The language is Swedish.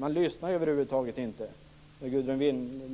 Man lyssnar över huvud taget inte när Gudrun